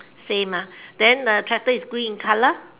same ah then the tractor is green in color